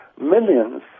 millions